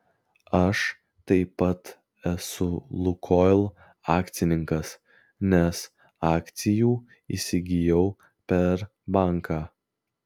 aš taip pat esu lukoil akcininkas nes akcijų įsigijau per banką